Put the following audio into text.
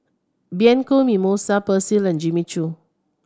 Bianco Mimosa Persil and Jimmy Choo